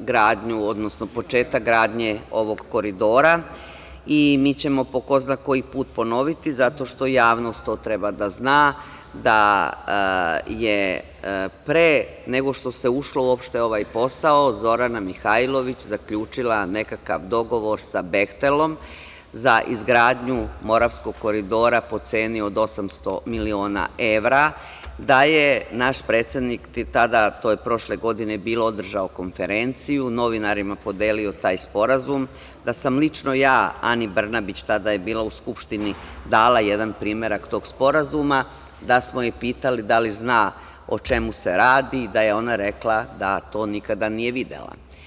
gradnju, odnosno početak gradnje ovog Koridora i mi ćemo po ko zna koji put ponoviti zato što javnost to treba da zna, da je pre nego što se ušlo uopšte u ovaj posao, Zorana Mihajlović zaključila nekakav dogovor sa „Behtelom“ za izgradnju Moravskog koridora po ceni od 800 miliona evra, da je naš predsednik tada, to je bilo prošle godine, održao konferenciju, novinarima podelio taj sporazum, da sam lično ja Ani Brnabić, tada je bila u Skupštini, dala jedan primerak tog sporazuma, da smo je pitali da li zna o čemu se radi, da je ona rekla da to nikada nije videla.